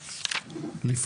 המדינה.